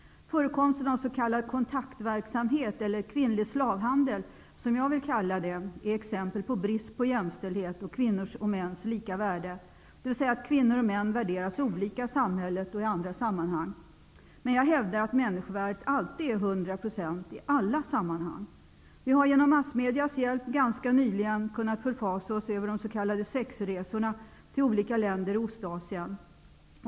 Förekomsten av s.k. kontaktverksamhet eller kvinnlig slavhandel -- som jag vill kalla det för -- är exempel på brist på jämställdhet och på kvinnors och mäns lika värde, dvs. att kvinnor och män värderas olika i samhället och i andra sammanhang. Men jag hävdar att människovärdet alltid är 100 % i alla sammanhang. Vi har genom massmedias hjälp ganska nyligen kunnat förfasa oss över de s.k. sexresorna till olika länder i Ostasien.